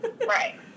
Right